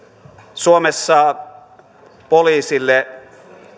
suomessa poliisille